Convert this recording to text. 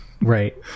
Right